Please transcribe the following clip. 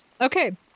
Okay